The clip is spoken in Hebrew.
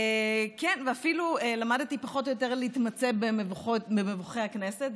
אפילו למדתי, פחות או יותר, להתמצא במבוכי הכנסת.